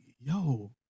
yo